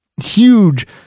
huge